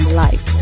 life